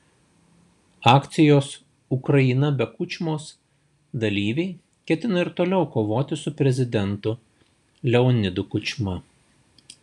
akcijos ukraina be kučmos dalyviai ketina ir toliau kovoti su prezidentu leonidu kučma